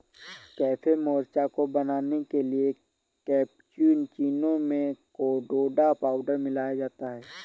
cafe mocha को बनाने के लिए कैप्युचीनो में कोकोडा पाउडर मिलाया जाता है